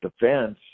Defense